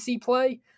play